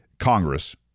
Congress